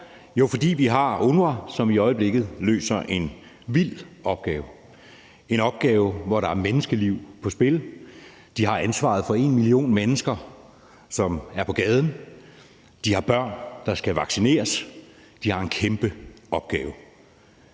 Jo, fordi vi har UNRWA, som i øjeblikket løser en vild opgave. Det er en opgave, hvor der er menneskeliv på spil. De har ansvaret for 1 million mennesker, som er på gaden. Der er børn, der skal vaccineres. De har en kæmpe opgave.